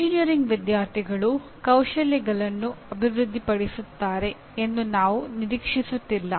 engineering ವಿದ್ಯಾರ್ಥಿಗಳು ಕೌಶಲ್ಯಗಳನ್ನು ಅಭಿವೃದ್ಧಿಪಡಿಸುತ್ತಾರೆ ಎಂದು ನಾವು ನಿರೀಕ್ಷಿಸುತ್ತಿಲ್ಲ